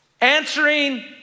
Answering